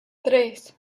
tres